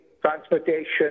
transportation